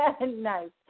nice